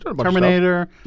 Terminator